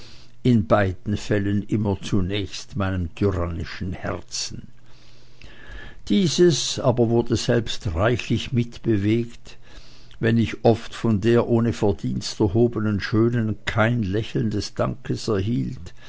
in beiden fällen immer zunächst meinem tyrannischen herzen dieses aber wurde selbst reichlich mitbewegt wenn ich oft von der ohne verdienst erhobenen schönen kein lächeln des dankes erhielt